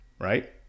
Right